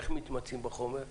איך מתמצאים בחומר,